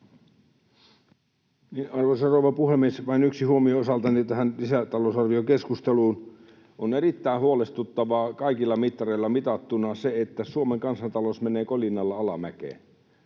Arvoisa rouva puhemies! Vain yksi huomio osaltani tähän lisätalousarviokeskusteluun. On erittäin huolestuttavaa kaikilla mittareilla mitattuna se, että Suomen kansantalous menee kolinalla alamäkeen.